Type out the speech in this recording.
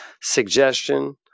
Suggestion